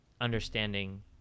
understanding